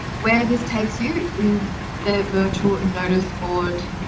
where this takes you is the virtual notice board